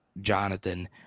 Jonathan